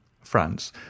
France